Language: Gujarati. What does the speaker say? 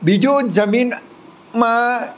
બીજું જમીન માં